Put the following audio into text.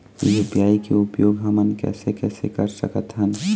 UPI के उपयोग हमन कैसे कैसे कर सकत हन?